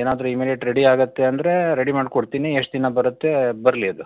ಏನಾದರೂ immediate ready ಆಗತ್ತೆ ಅಂದರೆ ರೆಡಿ ಮಾಡಿಕೊಡ್ತೀನಿ ಎಷ್ಟು ದಿನ ಬರತ್ತೆ ಬರಲಿ ಅದು